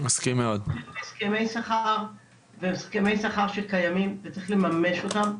יש הסכמי שכר שקיימים, וצריך לממש אותם.